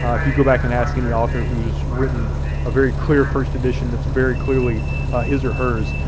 if you go back and ask any author who's written a very clear first edition that's very clearly his or hers,